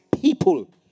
people